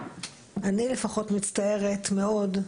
אני לפחות מצטערת מאוד,